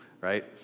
Right